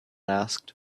asked